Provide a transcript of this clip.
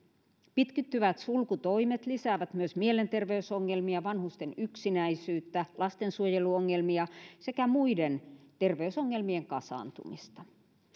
pitkittyvät sulkutoimet lisäävät myös mielenterveysongelmia vanhusten yksinäisyyttä ja lastensuojeluongelmia sekä muiden terveysongelmien kasaantumista